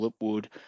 Wood